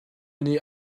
nih